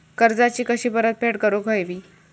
कर्जाची कशी परतफेड करूक हवी?